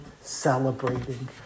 celebrating